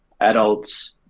adults